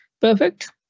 Perfect